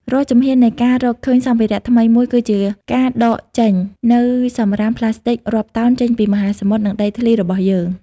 រាល់ជំហាននៃការរកឃើញសម្ភារៈថ្មីមួយ គឺជាការដកចេញនូវសម្រាមប្លាស្ទិករាប់តោនចេញពីមហាសមុទ្រ និងដីធ្លីរបស់យើង។